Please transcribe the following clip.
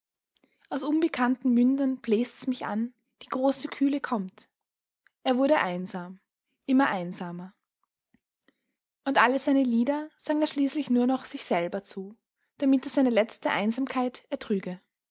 aus unbekannten mündern bläst's mich an die große kühle kommt er wurde einsam immer einsamer und alle seine lieder sang er schließlich nur noch sich selber zu damit er seine letzte einsamkeit ertrüge